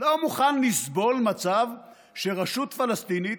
לא מוכנים לסבול מצב שרשות פלסטינית